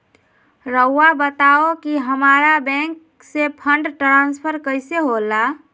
राउआ बताओ कि हामारा बैंक से फंड ट्रांसफर कैसे होला?